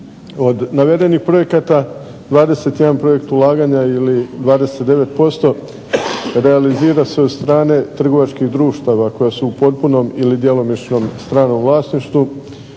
Od navedenih projekata 21 projekt ulaganja ili 29% realizira se od strane trgovačkih društava koja su u potpunom ili djelomičnom stranom vlasništvu,